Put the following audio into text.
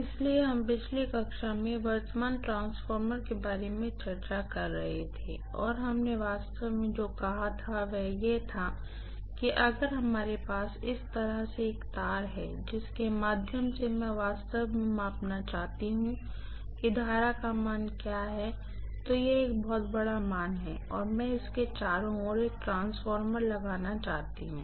इसलिए हम पिछली कक्षा में करंट ट्रांसफॉर्मर के बारे में चर्चा कर रहे थे और हमने वास्तव में जो कहा था वह यह था कि अगर हमारे पास इस तरह से एक तार है जिसके माध्यम से मैं वास्तव में मापना चाहता हूं कि करंट का मान क्या है और क्योंकि यह एक बहुत बड़ा मान है तो मैं इसके चारों ओर एक ट्रांसफार्मर लगाना चाहूंगी